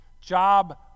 job